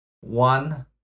One